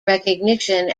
recognition